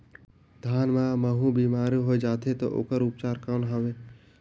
धान मां महू बीमारी होय जाथे तो ओकर उपचार कौन हवे?